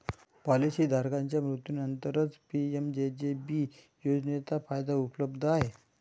policy धारकाच्या मृत्यूनंतरच PMJJB योजनेचा फायदा उपलब्ध आहे